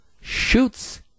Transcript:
shoots